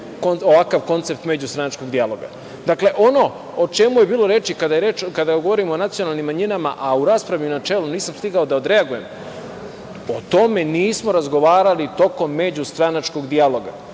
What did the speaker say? ovakav koncept međustranačkog dijaloga. Ono o čemu je bilo reči kada govorimo o nacionalnim manjinama, a u raspravi i načelu nisam stigao da odreagujem, o tome nismo razgovarali tokom međustranačkog dijaloga,